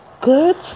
Good